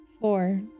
Four